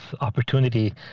opportunity